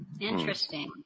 Interesting